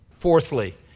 Fourthly